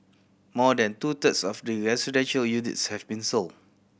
more than two thirds of the residential units have been sold